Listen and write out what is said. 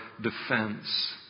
defense